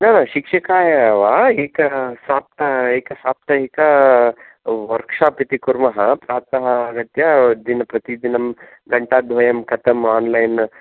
न न शिक्षिका एव वा एक साप्ताहिक एक साप्ताहिक वर्क् शाप् इति कुर्म प्रात आगत्य दिनप्रतिदिनं घण्टाद्वयं कथं आन्लैन्